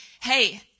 hey